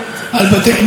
רק חבל,